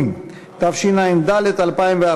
נתקבלה.